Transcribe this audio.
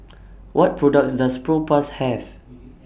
What products Does Propass Have